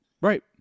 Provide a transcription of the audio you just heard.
Right